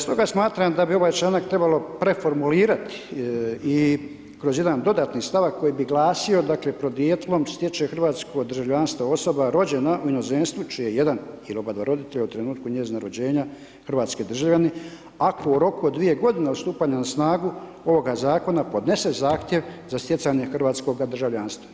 Stoga smatram da bi ovaj članak trebalo preformulirati i kroz jedan dodatni stavak koji bi glasio dakle podrijetlom stječe hrvatsko državljanstvo osoba rođena u inozemstvu čije je jedan ili oba dva roditelja u trenutku njezina rođenja hrvatski državljanin, ako u roku od 2 godine od stupanja na snagu ovoga zakona podnese zahtjev za stjecanje hrvatskoga državljanstva.